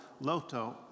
Lotto